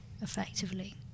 effectively